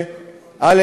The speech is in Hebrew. שא.